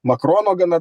makrono gana